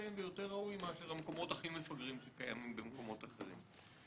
מתקדם ויותר ראוי מאשר המקומות הכי מפגרים הקיימים במדינות אחרות.